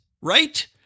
right